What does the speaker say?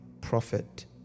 prophet